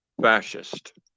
fascist